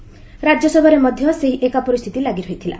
ରାକ୍ୟସଭାରେ ମଧ୍ୟ ସେହି ଏକା ପରିସ୍ଥିତି ଲାଗି ରହିଥିଲା